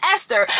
Esther